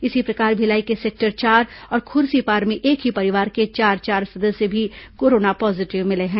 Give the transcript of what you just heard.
इसी प्रकार भिलाई के सेक्टर चार और खुर्सीपार में एक ही परिवार के चार चार सदस्य भी कोरोना पॉजीटिव मिले हैं